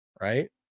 Right